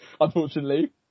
unfortunately